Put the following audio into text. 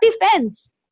defense